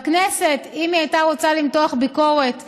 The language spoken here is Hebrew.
ובכנסת, אם היא הייתה רוצה למתוח ביקורת עניינית,